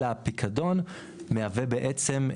אלא הפיקדון מהווה בעצם,